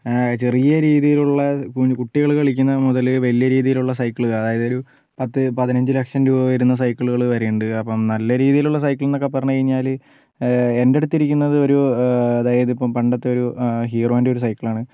ചെറിയ രീതിയിലുള്ള കുട്ടികള് കളിക്കുന്ന മുതല് വലിയ രീതിയിലുള്ള സൈക്കിള് അതായതൊരു പത്ത് പതിനഞ്ച് ലക്ഷം രൂപ വരുന്ന സൈക്കിളുകള് വരെയുണ്ട് അപ്പം നല്ല രീതിയിലുള്ള സൈക്കിൾ എന്നൊക്കെ പറഞ്ഞുകഴിഞ്ഞാല് എന്റെ അടുത്തിരിക്കുന്നത് ഒരു അതായതിപ്പം പണ്ടത്തെ ഒരു ഹീറോൻറ്റെ ഒരു സൈക്കിളാണ്